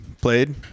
played